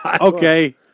Okay